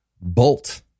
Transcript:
bolt